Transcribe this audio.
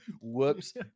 Whoops